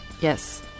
Yes